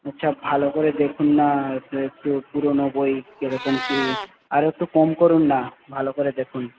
আচ্ছা ভালো করে দেখুন না একটু পুরোনো বই কিরকম কি আর একটু কম করুন না ভালো করে দেখুন